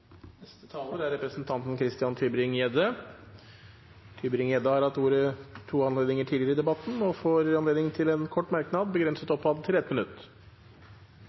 Representanten Christian Tybring-Gjedde har hatt ordet to ganger tidligere og får ordet til en kort merknad, begrenset til 1 minutt.